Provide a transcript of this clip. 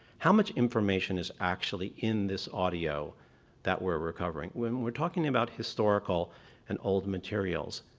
how much information is actually in this audio that we're recovering? when we're talking about historical and old materials,